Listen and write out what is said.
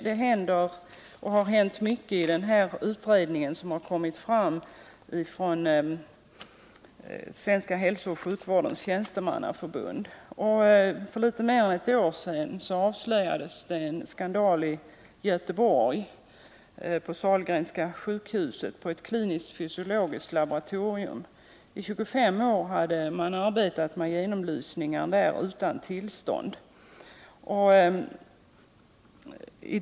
Det händer och har hänt mycket enligt den utredning som gjorts av Svenska hälsooch sjukvårdens tjänstemannaförbund. För mer än ett år sedan avslöjades en skandal vid ett kliniskt fysiologiskt laboratorium på Sahlgrenska sjukhuset i Göteborg. I 25 år hade man där gjort genomlysningar utan tillstånd.